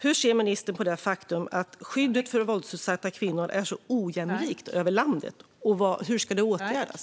Hur ser ministern på det faktum att skyddet för våldsutsatta kvinnor är så ojämlikt över landet? Hur ska det åtgärdas?